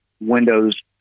Windows